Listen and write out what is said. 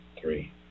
three